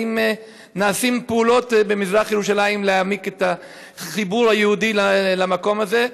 אם נעשות פעולות במזרח ירושלים להעמיק את החיבור היהודי למקום הזה,